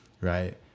right